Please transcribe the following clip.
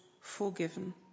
forgiven